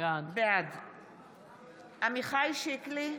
בעד עמיחי שיקלי,